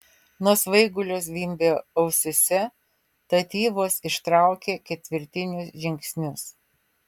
nuo svaigulio zvimbė ausyse tad ji vos ištraukė ketvirtinius žingsnius